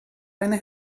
eine